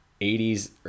80s